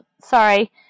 sorry